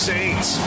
Saints